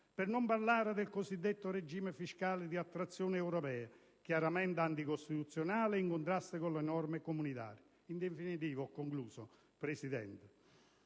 Per non parlare del cosiddetto regime fiscale di attrazione europea, chiaramente anticostituzionale e in contrasto con le norme comunitarie. Al di là degli spot e della